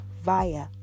via